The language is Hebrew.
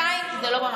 בינתיים זה לא ממש קורה.